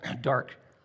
dark